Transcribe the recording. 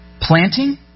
planting